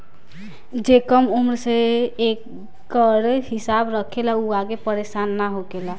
जे कम उम्र से एकर हिसाब रखेला उ आगे परेसान ना होखेला